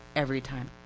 every time.